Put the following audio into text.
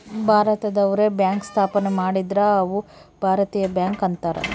ಭಾರತದವ್ರೆ bank ಸ್ಥಾಪನೆ ಮಾಡಿದ್ರ ಅವು ಭಾರತೀಯ ಬ್ಯಾಂಕ್ ಅಂತಾರ